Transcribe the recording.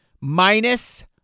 Minus